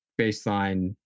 baseline